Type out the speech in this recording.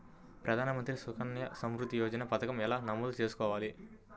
ప్రధాన మంత్రి సుకన్య సంవృద్ధి యోజన పథకం ఎలా నమోదు చేసుకోవాలీ?